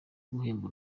guhemba